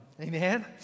Amen